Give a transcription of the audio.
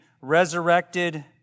resurrected